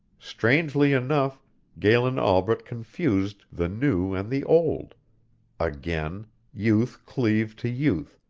strangely enough galen albret confused the new and the old again youth cleaved to youth,